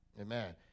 Amen